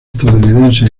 estadounidense